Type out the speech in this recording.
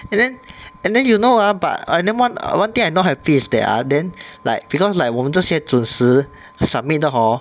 and then and then you know ah but and then err one one thing I not happy is that ah then like because like 我们这些准时 submit 的 hor